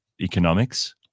economics